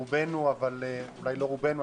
רובנו אולי לא רובנו,